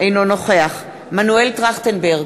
אינו נוכח מנואל טרכטנברג,